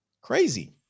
crazy